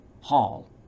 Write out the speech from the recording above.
Hall